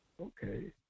Okay